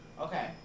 Okay